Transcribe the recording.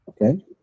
Okay